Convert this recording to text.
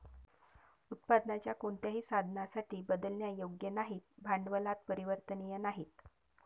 उत्पादनाच्या कोणत्याही साधनासाठी बदलण्यायोग्य नाहीत, भांडवलात परिवर्तनीय नाहीत